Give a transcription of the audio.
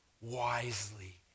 wisely